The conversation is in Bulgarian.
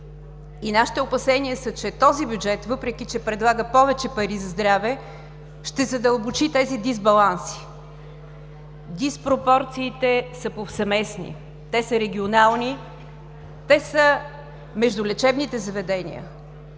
и нашите опасения са, че този бюджет, въпреки че предлага повече пари за здраве, ще задълбочи тези дисбаланси. Диспропорциите са повсеместни, те са регионални, те са между лечебните заведения,